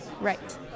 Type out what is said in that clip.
Right